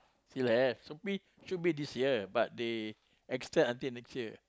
still have should should be this year but they extend until next year